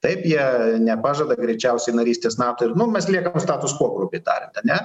taip jie nepažada greičiausiai narystės nato ir nu mes liekame status kvo grubiai tariant ane